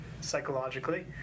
psychologically